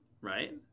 Right